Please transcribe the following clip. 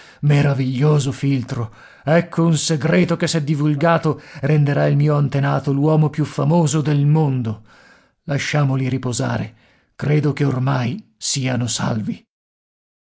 meraviglioso filtro ecco un segreto che se divulgato renderà il mio antenato l'uomo più famoso del mondo lasciamoli riposare credo che ormai siano salvi